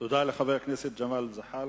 תודה לחבר הכנסת ג'מאל זחאלקה.